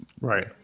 Right